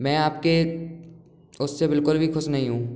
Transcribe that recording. मैं आपके उससे बिल्कुल भी खुश नहीं हूँ